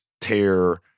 tear